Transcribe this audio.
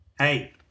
Hey